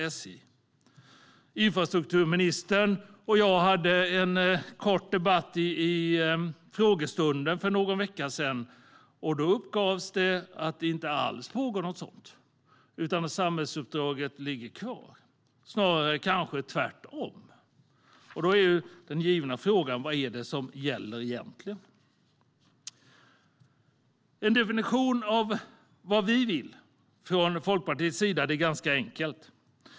Men när infrastrukturministern och jag hade en kort debatt i frågestunden för någon vecka sedan uppgav hon att det inte alls pågår något sådant arbete och att samhällsuppdraget ligger kvar - snarare tvärtom alltså. Då blir den givna frågan: Vad är det som gäller egentligen? En definition av vad Folkpartiet vill är ganska enkel.